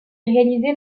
réalisé